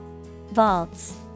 Vaults